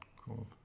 Cool